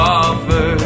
offer